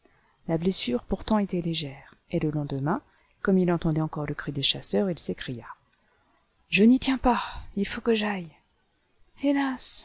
la blessure pourtant était légère et le lendemain comme il entendait encore le cri des chasseurs il s'écria je n'y tiens pas il faut que j'aille hélas